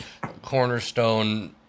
cornerstone